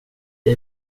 det